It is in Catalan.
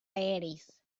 aeris